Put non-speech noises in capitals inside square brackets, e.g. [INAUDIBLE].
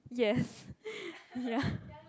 yes [LAUGHS] ya